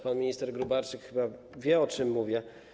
Pan minister Gróbarczyk chyba wie, o czym mówię.